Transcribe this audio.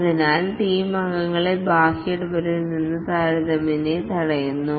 അതിനാൽ ടീം അംഗങ്ങളെ ബാഹ്യ ഇടപെടലിൽ നിന്ന് താരതമ്യേന തടയുന്നു